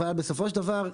אבל בסופו של דבר,